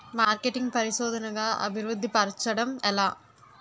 marketing పరిశోధనదా అభివృద్ధి పరచడం ఎలా